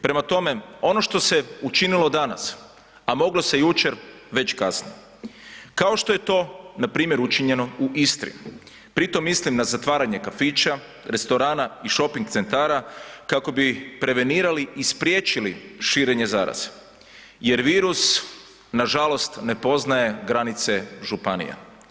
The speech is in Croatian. Prema tome, ono što se učinilo danas, a moglo se jučer već je kasno, kao što je to npr. učinjeno u Istri, pri tom mislim na zatvaranje kafića, restorana i shoping centara kako bi prevenirali i spriječili širenje zaraze jer virus nažalost ne poznaje granice županija.